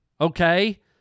okay